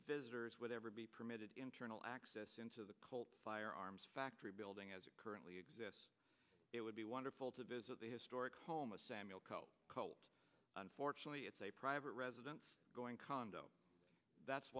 visitors would ever be permitted internal access into the cult firearms factory building as it currently exists it would be wonderful to visit the historic home of samuel unfortunately it's a private residence going condo that's